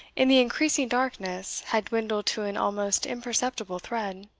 in the increasing darkness, had dwindled to an almost imperceptible thread.